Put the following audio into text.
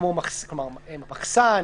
כמו מחסן,